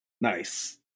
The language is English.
Nice